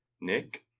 Nick